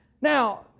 Now